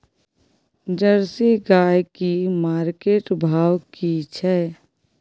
Jersey गाय की market भाव की छै?